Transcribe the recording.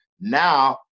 Now